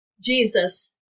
Jesus